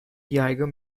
yaygın